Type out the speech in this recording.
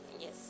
Yes